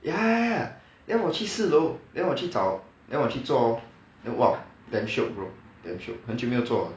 ya then 我去四楼 then 我去找 then 我去坐 lor then !wah! damn shiok bro damn shiok then 很久没有坐了